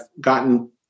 gotten